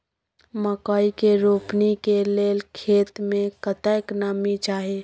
मकई के रोपनी के लेल खेत मे कतेक नमी चाही?